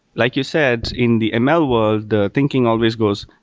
like you said, in the ml world, the thinking always goes,